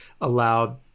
allowed